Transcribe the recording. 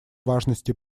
важности